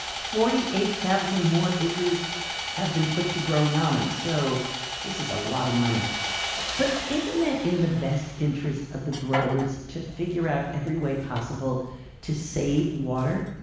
forty eight thousand more acres have been put toward growing almonds. so this is a lot of money but isn't it in the best interest of the growers to figure out every way possible to save water?